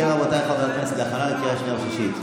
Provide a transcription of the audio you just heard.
להכנה לקריאה השנייה והשלישית.